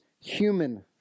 human